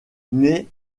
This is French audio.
nait